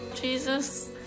Jesus